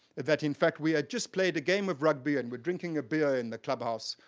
that in fact we had just played a game of rugby and we're drinking a beer in the clubhouse,